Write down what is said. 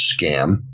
scam